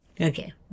okay